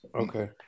Okay